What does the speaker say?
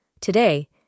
Today